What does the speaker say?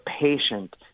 patient